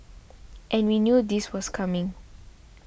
and we knew this was coming